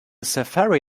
safari